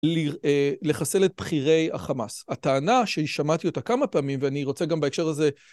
לחסל את בחירי החמאס. הטענה, ששמעתי אותה כמה פעמים, ואני רוצה גם בהקשר הזה...